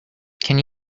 can